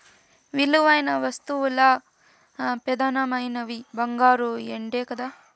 విలువైన వస్తువుల్ల పెదానమైనవి బంగారు, ఎండే కదా